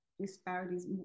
disparities